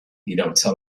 iraultza